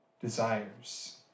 desires